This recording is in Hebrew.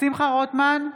שמחה רוטמן,